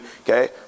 okay